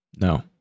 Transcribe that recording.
No